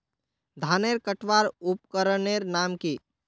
धानेर कटवार उपकरनेर नाम की?